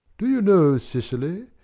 do you know, cicely,